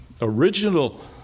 original